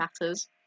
matters